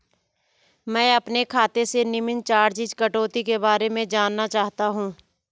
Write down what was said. मैं अपने खाते से निम्न चार्जिज़ कटौती के बारे में जानना चाहता हूँ?